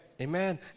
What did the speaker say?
Amen